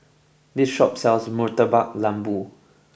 this shop sells Murtabak Lembu